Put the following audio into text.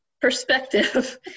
perspective